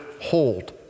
hold